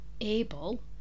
able